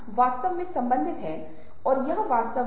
तो छूत मिररिंग ये दो अलग अलग चीजें हैं जो होती हैं